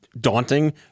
daunting